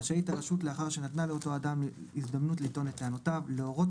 רשאית הרשות לאחר שנתנה לאותו אדם הזדמנות לטעון את טענותיו להורות